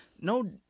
No